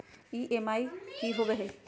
EMI की होवे है?